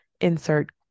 insert